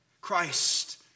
Christ